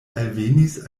alvenis